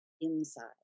inside